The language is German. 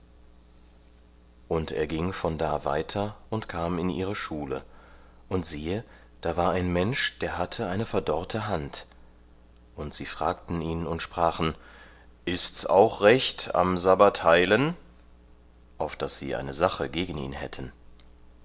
und er ging von da weiter und kam in ihre schule und siehe da war ein mensch der hatte eine verdorrte hand und sie fragten ihn und sprachen ist's auch recht am sabbat heilen auf daß sie eine sache gegen ihn hätten